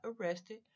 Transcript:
arrested